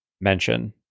mention